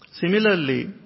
Similarly